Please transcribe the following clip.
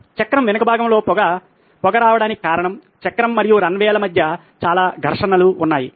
చక్రం వెనుక భాగంలో పొగ పొగ రావడానికి కారణం చక్రం మరియు రన్వే మధ్య చాలా ఘర్షణలు ఉన్నాయి